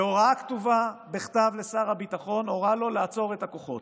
בהוראה כתובה בכתב לשר הביטחון הוא הורה לו לעצור את הכוחות.